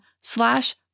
slash